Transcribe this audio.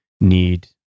need